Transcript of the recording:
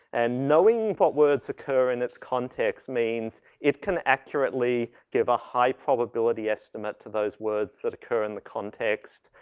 and knowing what words occur in its context means, it can accurately give a high probability estimate to those words that occur in the context,